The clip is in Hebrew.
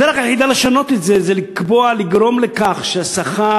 הדרך היחידה לשנות את זה היא לגרום לכך ששכר